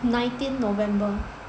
nineteen November